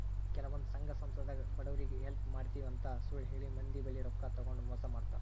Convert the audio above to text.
ಕೆಲವಂದ್ ಸಂಘ ಸಂಸ್ಥಾದಾಗ್ ಬಡವ್ರಿಗ್ ಹೆಲ್ಪ್ ಮಾಡ್ತಿವ್ ಅಂತ್ ಸುಳ್ಳ್ ಹೇಳಿ ಮಂದಿ ಬಲ್ಲಿ ರೊಕ್ಕಾ ತಗೊಂಡ್ ಮೋಸ್ ಮಾಡ್ತರ್